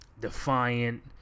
defiant